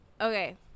Okay